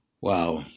Wow